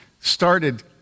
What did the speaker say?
started